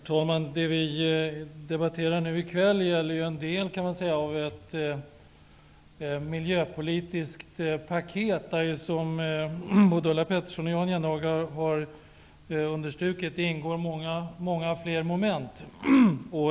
Herr talman! Det som vi nu debatterar gäller ju en del av ett miljöpolitiskt paket som både Ulla Pettersson, Jan Jennehag och jag har understrukit vikten av. Det innehåller många fler moment.